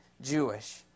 Jewish